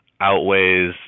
outweighs